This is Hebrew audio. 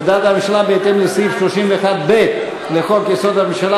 הודעת הממשלה בהתאם לסעיף 31(ב) לחוק-יסוד: הממשלה